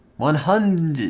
one hundred